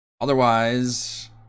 Otherwise